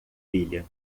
filha